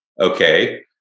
okay